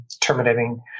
terminating